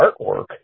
artwork